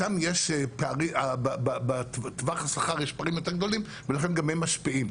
שם בטווח השכר יש פערים יותר גדולים ולכן גם הם משפיעים.